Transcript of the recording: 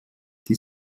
die